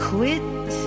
Quit